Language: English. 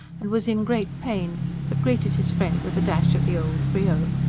and was in great pain but greeted his friend with a dash of the old brio.